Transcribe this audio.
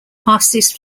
passes